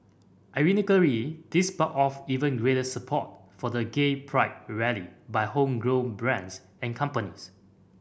ironically this sparked off even greater support for the gay pride rally by home grown brands and companies